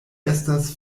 estas